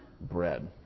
bread